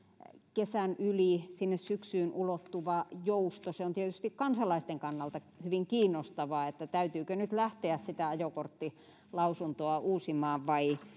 kesän yli sinne syksyyn ulottuva jousto se on tietysti kansalaisten kannalta hyvin kiinnostavaa täytyykö nyt lähteä sitä ajokorttilausuntoa uusimaan vai